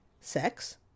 sex